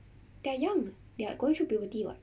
they're young they're going through puberty [what]